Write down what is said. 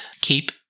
keep